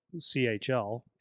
CHL